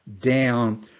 down